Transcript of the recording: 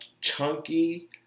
chunky